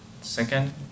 second